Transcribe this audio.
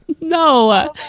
No